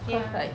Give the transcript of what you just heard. cause like